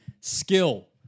skill